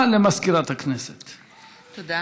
תודה.